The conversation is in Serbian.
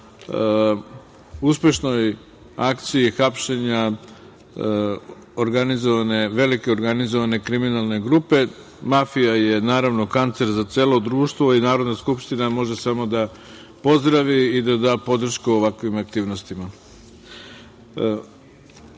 uspešnoj akciji hapšenja velike organizovane kriminalne grupe. Mafija je naravno kancer za celo društvo i Narodna skupština može samo da pozdravi i da da podršku ovakvim aktivnostima. Reč